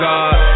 God